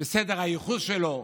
בסדר הייחוד שלו,